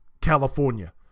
California